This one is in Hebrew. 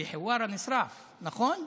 כי חווארה נשרף, נכון?